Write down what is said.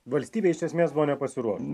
valstybė iš esmės buvo nepasiruošus